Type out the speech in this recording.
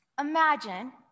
Imagine